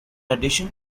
addition